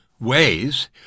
ways